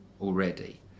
already